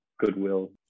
goodwill